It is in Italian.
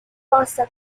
posta